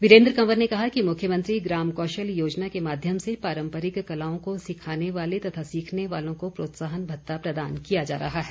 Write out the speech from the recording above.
वीरेन्द्र कंवर ने कहा कि मुख्यमंत्री ग्राम कौशल योजना के माध्यम से पारम्परिक कलाओं को सिखाने वाले तथा सीखने वालों को प्रोत्साहन भत्ता प्रदान किया जा रहा है